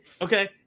Okay